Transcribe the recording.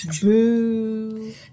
boo